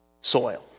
soil